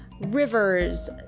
rivers